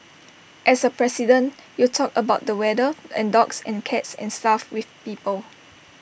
as A president you talk about the weather and dogs and cats and stuff with people